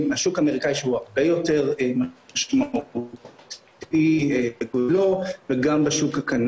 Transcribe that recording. מי שיש לו צרכים רפואיים המדינה צריכה לעשות הכל